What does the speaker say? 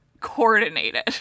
coordinated